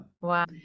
wow